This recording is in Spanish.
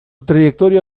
trayectoria